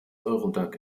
eurodac